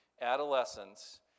Adolescence